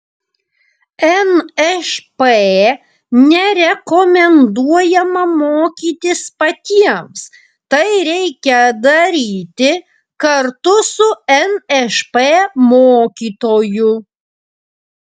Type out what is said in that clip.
nšp nerekomenduojama mokytis patiems tai reikia daryti kartu su nšp mokytoju